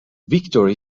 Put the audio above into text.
victory